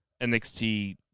NXT